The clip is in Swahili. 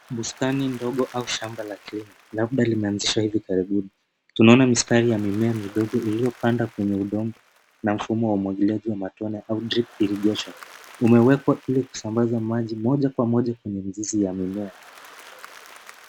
Bustani ndogo au shamba la kilimo labda limeanzishwa hivi karibuni. Tunaona mistari ya mimea midogo iliyopanda kwenye udongo na mfumo wa umwagiliaji wa matone au drip irrigation umewekwa ili kusambaza maji moja kwa moja kwenye mizizi ya mimea.